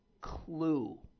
clue